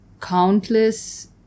countless